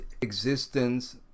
existence